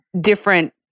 different